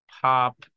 pop